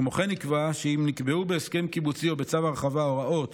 כמו כן נקבע שאם נקבעו בהסכם קיבוצי או בצו הרחבה הוראות